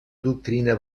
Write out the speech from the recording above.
doctrina